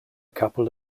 couple